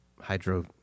hydro